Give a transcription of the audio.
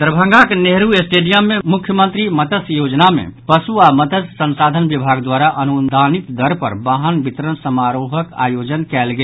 दरभंगाक नेहरू स्टेडियम मे मुख्यमंत्री मत्स्य योजना मे पशु आ मत्स्य संसाधन विभाग द्वारा अनुदानित दर पर वाहन वितरण समारोहक आयोजन कयल गेल